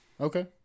Okay